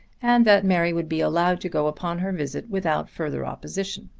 and that mary would be allowed to go upon her visit without further opposition.